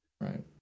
Right